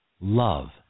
Love